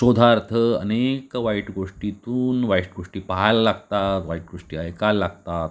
शोधार्थ अनेक वाईट गोष्टीतून वाईट गोष्टी पाहायला लागतात वाईट गोष्टी ऐकायला लागतात